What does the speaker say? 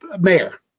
mayor